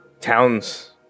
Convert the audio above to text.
Towns